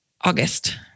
August